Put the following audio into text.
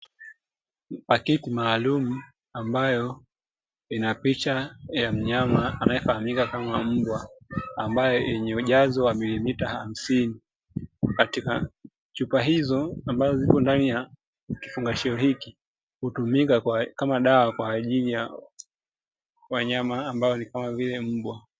Paketi maalumu ambayo ina picha ya mnyama ambaye anafahamika kama mbwa, ambaye yenye ujazo wa mililita hamsini. Chupa hizo ambazo ziko ndani ya kifungashio hiki hutumika kama dawa kwa ajili ya wanyama ambao ni kama vile mbwa.